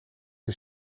een